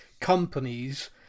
companies